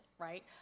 Right